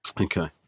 Okay